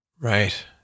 Right